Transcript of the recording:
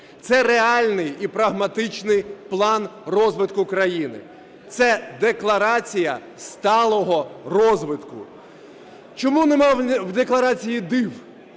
Це реальний і прагматичний план розвитку країни, це декларація сталого розвитку. Чому нема в декларації див?